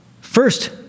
first